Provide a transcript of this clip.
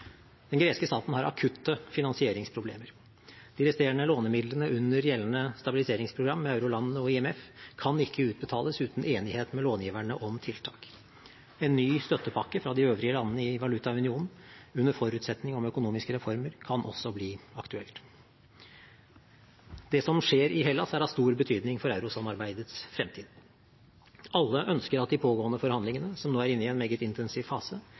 Den greske staten har akutte finansieringsproblemer. De resterende lånemidlene under gjeldende stabiliseringsprogram med eurolandene og IMF kan ikke utbetales uten enighet med långiverne om tiltak. En ny støttepakke fra de øvrige landene i valutaunionen, under forutsetning om økonomiske reformer, kan også bli aktuelt. Det som skjer i Hellas, er av stor betydning for eurosamarbeidets fremtid. Alle ønsker at de pågående forhandlingene, som nå er inne i en meget intensiv fase,